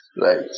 Right